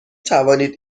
توانید